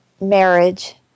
marriage